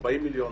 40 מיליון,